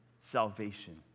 salvation